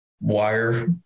wire